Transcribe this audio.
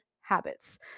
habits